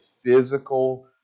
physical